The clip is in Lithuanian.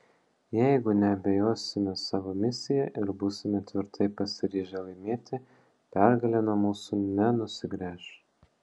jeigu neabejosime savo misija ir būsime tvirtai pasiryžę laimėti pergalė nuo mūsų nenusigręš